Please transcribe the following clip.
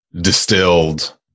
distilled